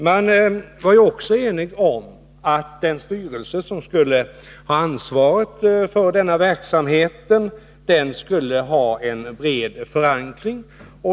Man var också enig om att den styrelse som skulle ha ansvaret för denna verksamhet skulle ha en bred förankring.